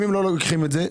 אם הם לא לוקחים את זה,